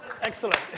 Excellent